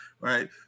Right